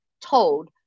told